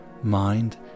mind